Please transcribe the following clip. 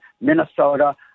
Minnesota